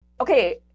Okay